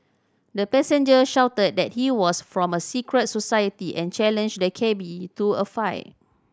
the passenger shouted that he was from a secret society and challenged the cabby to a fight